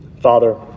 Father